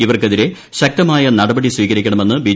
ഇവർക്കെതിരെ ശക്തമായ നടപടി സ്വീകരിക്കണമെന്ന് ബി